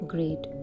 Great